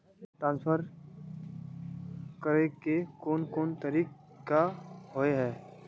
Transfer करे के कोन कोन तरीका होय है?